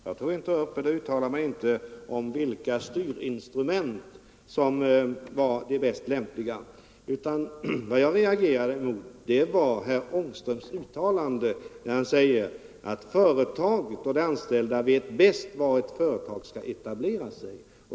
Herr talman! Jag uttalade mig inte om vilka styrinstrument som var de mest lämpliga, utan vad jag reagerade mot var herr Ångströms uttalande, att företagen och de anställda vet bäst var ett företag skall etablera sig.